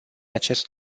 acest